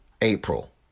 April